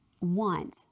want